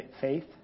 faith